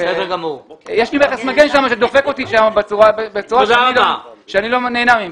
יש לי מכס מגן שם שדופק אותי בצורה שאני כאן לא נהנה.